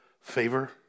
favor